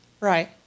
Right